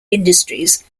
industries